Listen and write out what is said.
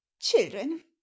children